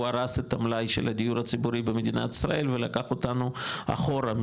הוא הרס את המלאי של הדיור הציבורי במדינת ישראל ולקח אותנו אחורה,